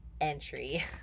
entry